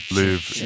live